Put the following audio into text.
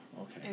okay